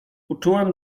uczułem